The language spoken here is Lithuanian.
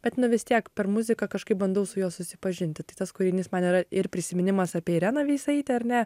bet vis tiek per muziką kažkaip bandau su juo susipažinti tai tas kūrinys man yra ir prisiminimas apie ireną veisaitę ar ne